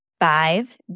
Five